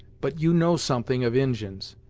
but you know something of injins.